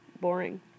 boring